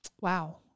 wow